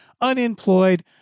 unemployed